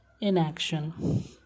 inaction